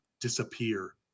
disappear